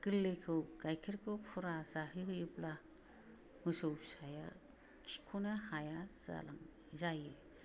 गोरलैखौ गाइखेरखौ फुरा जाहोयोब्ला मोसौ फिसाया खिख'नो हाया जायो